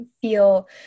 feel